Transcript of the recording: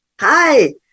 Hi